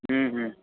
हम्म हम्म